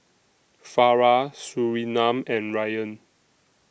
Farah Surinam and Ryan